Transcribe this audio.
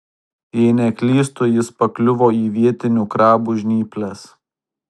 jei neklystu jis pakliuvo į vietinių krabų žnyples